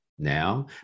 Now